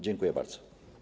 Dziękuję bardzo.